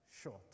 short